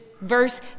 verse